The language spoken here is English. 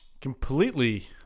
completely